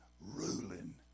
ruling